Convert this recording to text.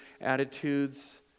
attitudes